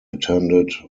attended